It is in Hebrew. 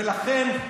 ולכן,